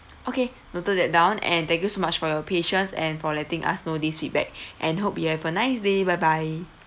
okay noted that down and thank you so much for your patience and for letting us know this feedback and hope you have a nice day bye bye